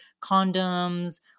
condoms